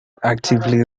actively